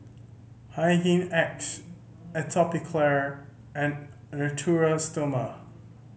Hygin X Atopiclair and Natura Stoma